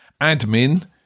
admin